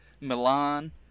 Milan